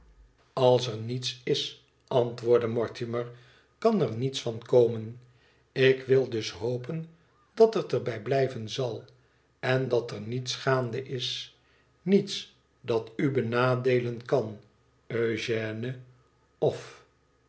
als er niets is antwoordde mortimer kan er niets van komen ik wil das hopen dat het er bij blijven zal en dat ér niets gaande is niets dat u benadeelen kan eugène of